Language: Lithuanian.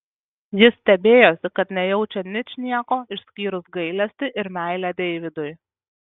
jis stebėjosi kad nejaučia ničnieko išskyrus gailestį ir meilę deividui